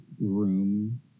room